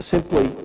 Simply